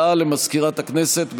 הודעה למזכירת הכנסת,